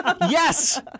Yes